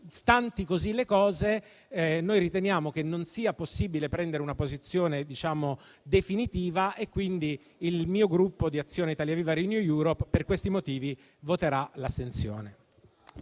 stanti così le cose, noi riteniamo che non sia possibile prendere una posizione definitiva e pertanto il Gruppo Azione-Italia Viva-RenewEuropeper questi motivi si asterrà.